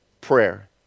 prayer